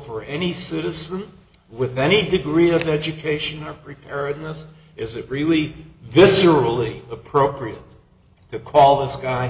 for any citizen with any degree of education or preparedness is it really viscerally appropriate to call this guy